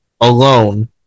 alone